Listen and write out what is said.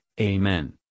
Amen